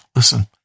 Listen